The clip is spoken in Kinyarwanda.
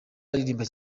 aririmba